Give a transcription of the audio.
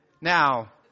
Now